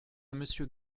monsieur